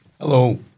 Hello